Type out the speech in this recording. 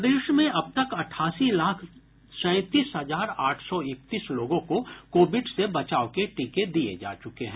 प्रदेश में अब तक अठासी लाख सैंतीस हजार आठ सौ इकतीस लोगों को कोविड से बचाव के टीके दिये जा चुके हैं